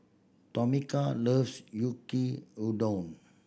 Tomika loves Yaki Udon